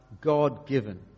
God-given